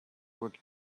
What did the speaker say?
work